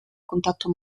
contatto